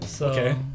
Okay